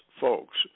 folks